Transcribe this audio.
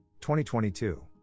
2022